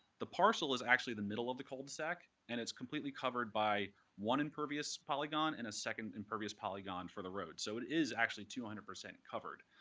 the parcel is actually the middle of the cul-de-sac, and it's completely covered by one impervious polygon, and a second impervious polygon for the road. so it is actually two hundred percent covered.